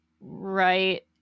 right